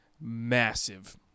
massive